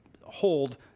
hold